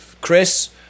Chris